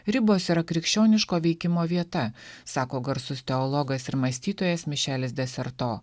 ribos yra krikščioniško veikimo vieta sako garsus teologas ir mąstytojas mišelis deserto